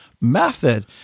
method